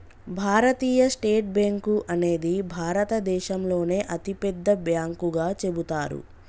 భారతీయ state bank అనేది భారతదేశంలోనే అతిపెద్ద బ్యాంకుగా చెబుతారు